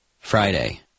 Friday